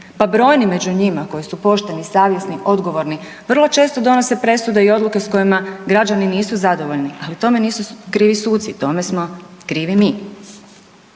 pa brojni među njima koji su pošteni, savjesni i odgovorni, vrlo često donose presude i odluke s kojima građani nisu zadovoljni, ali tome nisu krivi suci, tome smo krivi mi.